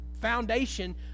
foundation